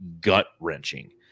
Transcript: gut-wrenching